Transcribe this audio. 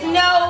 no